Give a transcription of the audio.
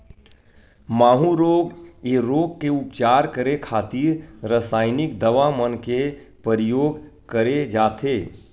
माहूँ रोग ऐ रोग के उपचार करे खातिर रसाइनिक दवा मन के परियोग करे जाथे